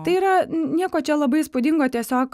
tai yra nieko čia labai įspūdingo tiesiog